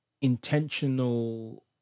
intentional